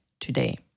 today